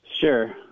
Sure